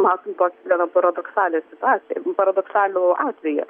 matom tokią gana paradoksalią situaciją paradoksalų atvejį